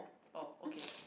oh okay